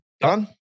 done